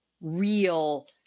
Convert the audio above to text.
real